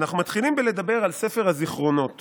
אנחנו מתחילים בלדבר על ספר הזיכרונות